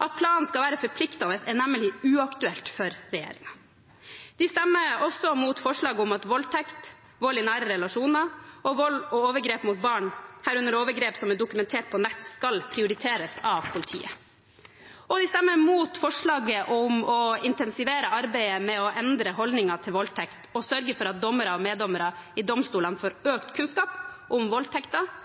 At planen skal være forpliktende, er nemlig uaktuelt for regjeringen. De stemmer også imot forslaget om at voldtekt, vold i nære relasjoner og vold og overgrep mot barn, herunder overgrep som er dokumentert på nett, skal prioriteres av politiet. Og de stemmer imot forslaget om å intensivere arbeidet med å endre holdningene til voldtekt og sørge for at dommere og meddommere i domstolene får økt kunnskap om voldtekter,